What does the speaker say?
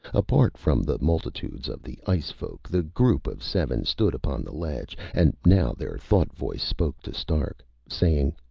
apart from the multitudes of the ice-folk, the group of seven stood upon the ledge. and now their thought-voice spoke to stark, saying,